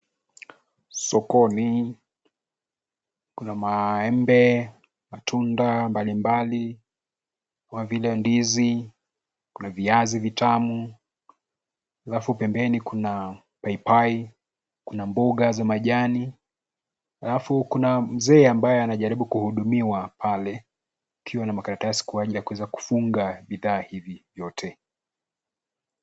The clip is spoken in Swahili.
Sokoni kuna maembe, matunda mbalimbali kama vile ndizi, kuna viazi vitamu. Alafu pembeni kuna paipai, mboja za majani na kuna mzee ambaye anajaribu kuhudumiwa pale akiwa na makaratasi kwa ajili ya kuweza kufunga bidhaa hivi vyote.